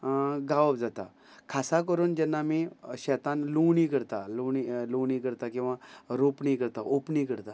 गावप जाता खासा करून जेन्ना आमी शेतान लुवणी करता लुवणी लुवणी करता किंवां रोपणी करता ओपणी करता